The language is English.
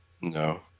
No